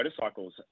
motorcycles